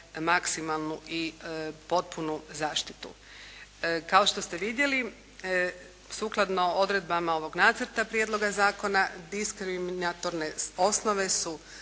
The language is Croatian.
maksimalnu i potpunu zaštitu. Kao što ste vidjeli sukladno odredbama ovoga nacrta prijedloga zakona, diskriminatorne osnove su